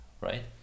Right